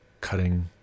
cutting